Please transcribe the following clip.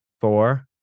four